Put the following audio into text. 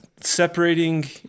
separating